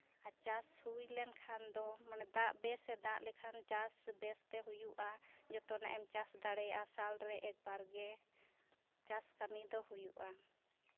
ᱟᱨ ᱪᱟᱥ ᱦᱩᱭ ᱞᱮᱱᱠᱷᱟᱱ ᱫᱚ ᱢᱟᱱᱮ ᱫᱟᱜ ᱵᱮᱥᱮ ᱫᱟᱜ ᱞᱮᱠᱷᱟᱱ ᱪᱟᱥ ᱵᱮᱹᱥᱛᱮ ᱦᱩᱭᱩᱜᱼᱟ ᱡᱚᱛᱚᱱᱟᱜ ᱮᱢ ᱪᱟᱥ ᱫᱟᱲᱮᱭᱟᱜᱼᱟ ᱥᱟᱞ ᱨᱮ ᱮᱹᱠᱵᱟᱨ ᱪᱟᱥ ᱠᱟᱹᱢᱤ ᱫᱚ ᱦᱩᱭᱩᱜᱼᱟ